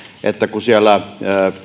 eli kun siellä